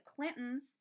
Clintons